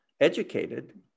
educated